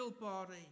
body